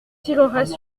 tireraient